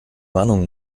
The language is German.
warnung